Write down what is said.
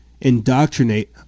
indoctrinate